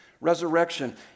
Resurrection